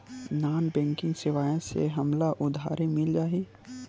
Non banking सेवाएं से हमला उधारी मिल जाहि?